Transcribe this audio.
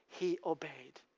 he obeyed.